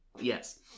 Yes